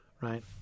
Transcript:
Right